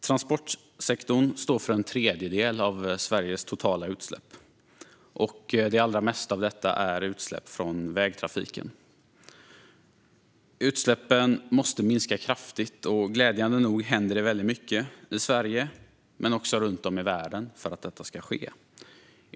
Transportsektorn står för en tredjedel av Sveriges totala utsläpp, och det allra mesta av detta är utsläpp från vägtrafiken. Utsläppen måste minska kraftigt, och glädjande nog händer det väldigt mycket i Sverige, men också runt om i världen, för att detta ska ske.